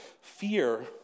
Fear